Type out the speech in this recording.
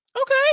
Okay